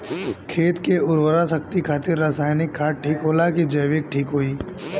खेत के उरवरा शक्ति खातिर रसायानिक खाद ठीक होला कि जैविक़ ठीक होई?